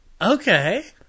Okay